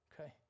Okay